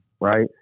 right